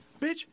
bitch